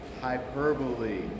hyperbole